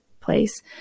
place